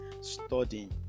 studying